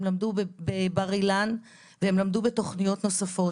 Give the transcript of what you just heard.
הם למדו בבר אילן והם למדו בתוכניות נוספות.